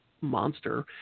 monster